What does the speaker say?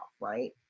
right